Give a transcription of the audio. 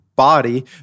body